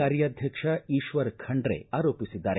ಕಾರ್ಯಾಧ್ಯಕ್ಷ ಈಶ್ವರ ಖಂಡ್ರೆ ಆರೋಪಿಸಿದ್ದಾರೆ